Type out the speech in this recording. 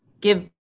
give